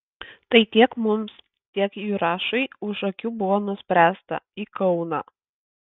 tai tiek mums tiek jurašui už akių buvo nuspręsta į kauną